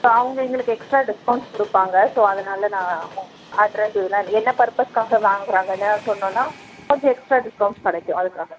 so அவங்க எங்களுக்கு extra discounts கொடுப்பாங்க ஸோ அதனால் நான் அட்ரெஸ் இதலாம் என்ன பர்ப்பஸுக்காக வாங்குகிறாங்கன்னு சொன்னோம்னா கொஞ்சம் எக்ஸ்ட்ரா டிஸ்கௌண்ட்ஸ் கிடைக்கும் அதுக்காக